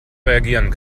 reagieren